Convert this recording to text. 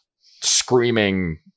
screaming